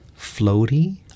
floaty